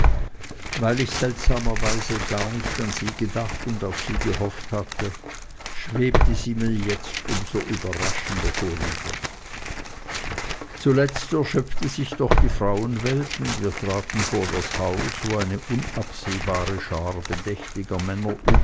weil ich seltsamerweise gar nicht an sie gedacht und auf sie gehofft hatte schwebte sie mir jetzt um so überraschender vorüber zuletzt erschöpfte sich doch die frauenwelt und wir traten vor das haus wo eine unabsehbare schar bedächtiger männer